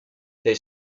they